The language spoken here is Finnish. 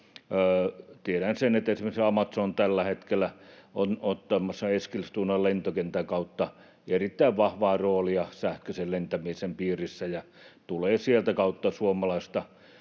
Tiedän sen, että esimerkiksi Amazon tällä hetkellä on ottamassa Eskilstunan lentokentän kautta erittäin vahvaa roolia sähköisen lentämisen piirissä ja tulee sieltä kautta suomalaista